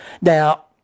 Now